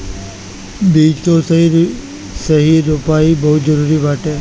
बीज कअ सही रोपाई बहुते जरुरी बाटे